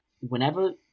Whenever